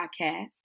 podcast